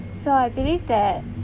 so I believe that